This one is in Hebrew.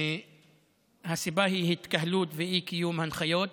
הסיבה היא התקהלות ואי-קיום ההנחיות,